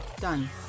done